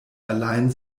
allein